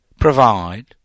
provide